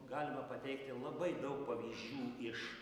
galima pateikti labai daug pavyzdžių iš